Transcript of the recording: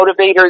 motivators